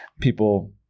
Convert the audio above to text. people